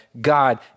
God